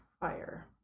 fire